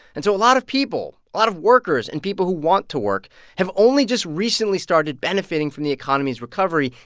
and so a lot of people, a lot of workers and people who want to work have only just recently started benefiting from the economy's recovery,